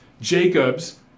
Jacobs